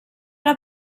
alla